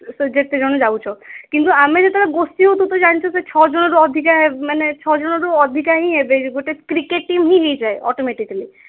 ଯେତେ ଜଣ ଯାଉଛ କିନ୍ତୁ ଆମେ ଯେତେବେଳେ ଗୋଷ୍ଠୀ ହଉ ତୁ ଜାଣିଛୁ ସେ ଛଅ ଜଣରୁ ଅଧିକା ମାନେ ଛଅ ଜଣରୁ ଅଧିକା ହିଁ ହେବେ ଗୋଟେ କ୍ରିକେଟ ଟିମ୍ ହିଁ ହେଇଯାଏ ଅଟୋମେଟିକାଲି